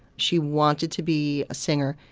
she wanted to be a singer.